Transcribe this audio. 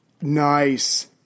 Nice